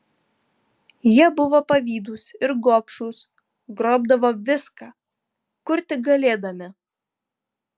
jie buvo pavydūs ir gobšūs grobdavo viską kur tik galėdami